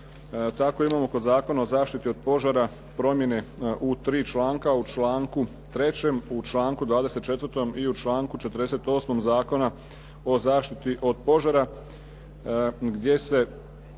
Tako imamo kod Zakona o zaštiti od požara promjene u tri članka, u članku 3., u članku 24. i u članku 48. Zakona o zaštiti od požara gdje se